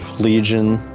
legion,